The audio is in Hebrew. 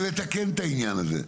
רגע, כדי לתקן את העניין הזה.